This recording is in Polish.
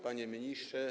Panie Ministrze!